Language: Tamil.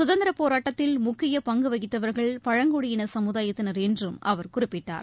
சுதந்திரப் போராட்டத்தில் முக்கியபங்குவகித்தவர்கள் பழங்குடியினசமுதாயத்தினர் என்றும் அவர் குறிப்பிட்டார்